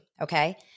Okay